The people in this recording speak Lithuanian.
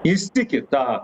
jis tiki tą